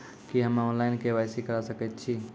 की हम्मे online, KYC करा सकैत छी?